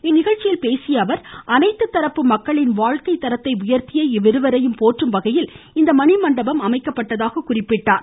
இந்நிகழ்ச்சியில் பேசிய முதலமைச்சா் அனைத்து தரப்பு மக்களின் வாழ்க்கை தரத்மை உயர்த்திய இவ்விருவரையும் போற்றும் வகையில் இந்த மணிமண்டபம் அமைக்கப்பட்டதாக குறிப்பிட்டார்